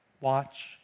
Watch